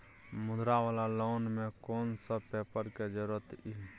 मुद्रा वाला लोन म कोन सब पेपर के जरूरत इ?